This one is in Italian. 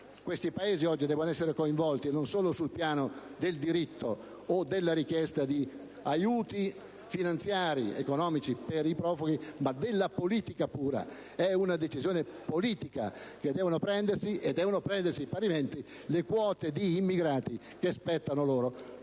Questi Paesi oggi devono essere coinvolti, non solo sul piano del diritto o della richiesta di aiuti finanziari ed economici per i profughi, ma della politica pura. È una decisione politica che devono prendere, e devono prendersi parimenti le quote di immigrati che spettano loro: